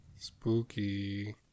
spooky